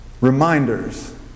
reminders